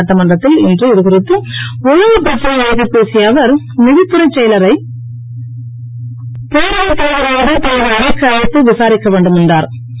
சட்டமன்றத்தில் இன்று இதுகுறித்து ஒழங்கு பிரச்சனை எழுப்பிப் பேசிய அவர் நிதித்துறைச் செயலரை பேரவைத் தலைவராவது தமது அறைக்கு அழைத்து விசாரிக்க வேண்டுமென்றா்